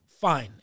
fine